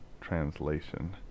translation